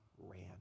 ran